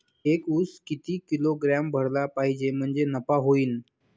एक उस किती किलोग्रॅम भरला पाहिजे म्हणजे नफा होईन?